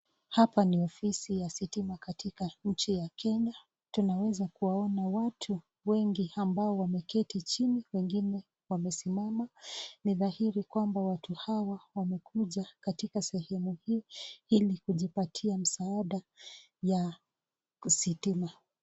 Hapa ni ofisi ya sitima katika nchi ya kenya. Tunaweza kuwaona watu wengi ambao wameketi chini wengine wamesimama ni dhahiri kwamba watu hawa wamekuja katika sherehe hii Hili kujipatia misaada ya sitima.